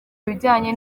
bijyanye